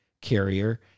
carrier